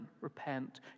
repent